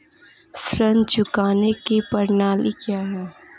ऋण चुकाने की प्रणाली क्या है?